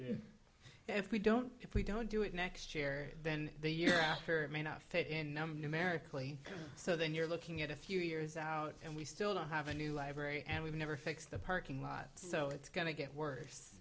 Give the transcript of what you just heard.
to if we don't if we don't do it next year then the year after may not fit in number numerically so then you're looking at a few years out and we still don't have a new library and we've never fixed the parking lot so it's going to get worse